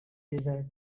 desert